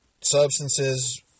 substances